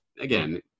again